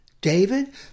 David